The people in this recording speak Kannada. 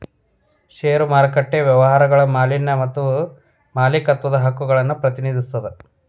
ಷೇರು ಮಾರುಕಟ್ಟೆ ವ್ಯವಹಾರಗಳ ಮ್ಯಾಲಿನ ಮಾಲೇಕತ್ವದ ಹಕ್ಕುಗಳನ್ನ ಪ್ರತಿನಿಧಿಸ್ತದ